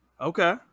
Okay